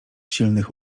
silnych